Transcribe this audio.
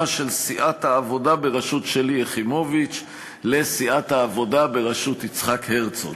של סיעת העבודה בראשות שלי יחימוביץ לסיעת העבודה בראשות יצחק הרצוג.